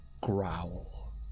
growl